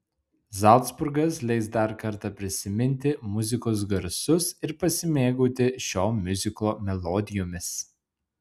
zalcburgas leis dar kartą prisiminti muzikos garsus ir pasimėgauti šio miuziklo melodijomis